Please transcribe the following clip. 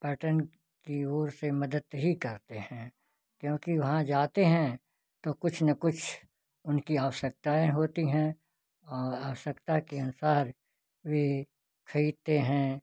पर्यटन की ओर से मदद ही करते हैं क्योंकि वहाँ जाते हैं तो कुछ न कुछ उनकी आवश्यकताएँ होती हैं औ आवश्यकता के अनुसार वे खरीदते हैं